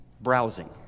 browsing